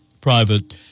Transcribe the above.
private